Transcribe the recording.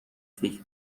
فکر